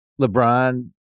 LeBron